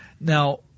Now